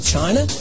China